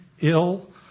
ill